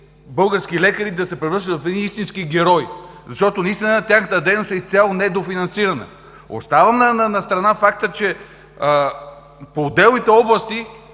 български лекари да се превръщат в истински герои, защото наистина тяхната дейност е изцяло недофинансирана. Оставям настрана факта, че в отделните области